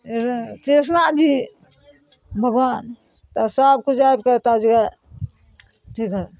कृष्णा जी भगवान तऽ सबकिछु आबि कऽ तऽ जे अथी